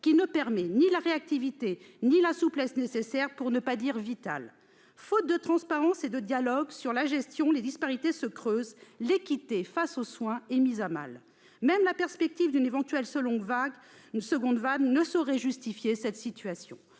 ne permet ni la réactivité ni la souplesse qui sont nécessaires, pour ne pas dire vitales. Faute de transparence et de dialogue sur la gestion, les disparités se creusent, l'équité face aux soins est mise à mal. Même la perspective d'une éventuelle seconde vague ne saurait justifier cette situation.